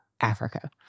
Africa